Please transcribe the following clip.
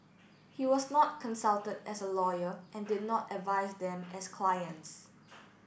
he was not consulted as a lawyer and did not advise them as clients